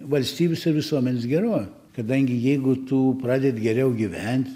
valstybės ir visuomenės gerove kadangi jeigu tu pradedi geriau gyvent